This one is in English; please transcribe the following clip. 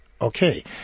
Okay